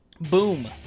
Boom